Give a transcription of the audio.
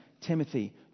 Timothy